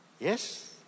Yes